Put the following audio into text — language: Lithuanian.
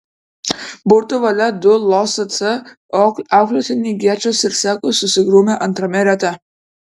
burtų valia du losc auklėtiniai gečas ir sekus susigrūmė antrame rate